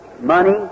money